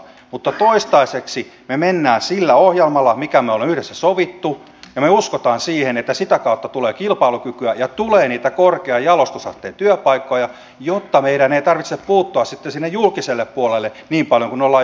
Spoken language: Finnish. mutta toistaiseksi me menemme sillä ohjelmalla minkä me olemme yhdessä sopineet ja me uskomme siihen että sitä kautta tulee kilpailukykyä ja tulee niitä korkean jalostusasteen työpaikkoja jotta meidän ei tarvitse puuttua sitten sinne julkiselle puolelle niin paljon kuin olemme joutuneet puuttumaan